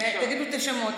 תגידו את השמות.